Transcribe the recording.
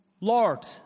Lord